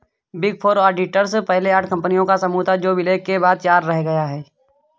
big four auditors पहले आठ कंपनियों का समूह था जो विलय के बाद चार रह गया